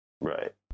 Right